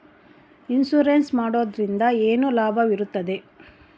Insurance ಮಾಡೋದ್ರಿಂದ ಏನು ಲಾಭವಿರುತ್ತದೆ?